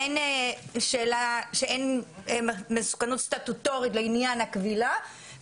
כך שאין מסוכנות סטטוטורית לעניין הכבילה.